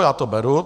Já to beru.